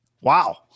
Wow